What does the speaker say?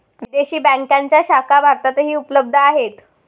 विदेशी बँकांच्या शाखा भारतातही उपलब्ध आहेत